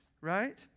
right